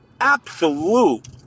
absolute